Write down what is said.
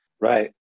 Right